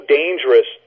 dangerous